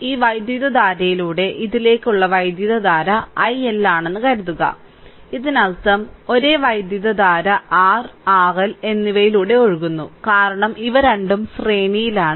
ഈ വൈദ്യുതധാരയിലൂടെ ഇതിലേക്കുള്ള വൈദ്യുതധാര iL ആണെന്ന് കരുതുക ഇതിനർത്ഥം ഒരേ വൈദ്യുതധാര R RL എന്നിവയിലൂടെ ഒഴുകുന്നു കാരണം ഇവ രണ്ടും ശ്രേണിയിലാണ്